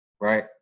right